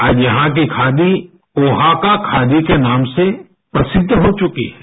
आज यहाँ की खादी ओहाका खादी के नाम से प्रसिद्ध हो चुकीहै